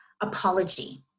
apology